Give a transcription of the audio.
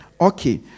Okay